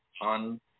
on